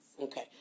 Okay